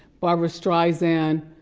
barbara streisand,